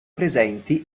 presenti